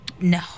No